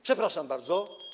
Przepraszam bardzo.